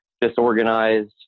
disorganized